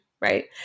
right